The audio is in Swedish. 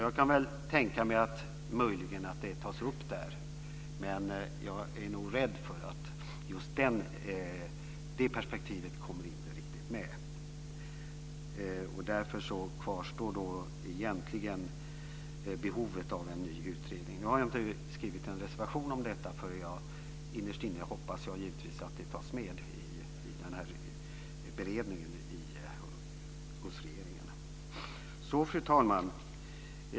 Jag kan möjligen tänka mig att detta tas upp där, men jag är rädd för att just det här perspektivet inte riktigt kommer med. Därför kvarstår egentligen behovet av en ny utredning. Jag har inte skrivit någon reservation om detta, för innerst inne hoppas jag givetvis att det tas med i beredningen hos regeringen. Fru talman!